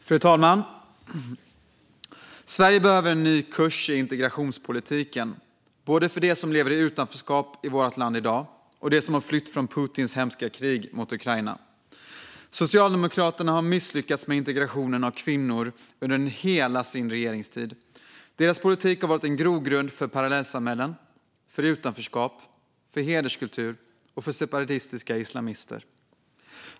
Fru talman! Sverige behöver en ny kurs i integrationspolitiken både för dem som lever i utanförskap i vårt land i dag och för dem som flytt från Putins hemska krig mot Ukraina. Socialdemokraterna har misslyckats med integrationen av kvinnor under hela sin regeringstid. Deras politik har varit en grogrund för parallellsamhällen, utanförskap, hederskultur och separatistiska islamister.